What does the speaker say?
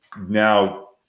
now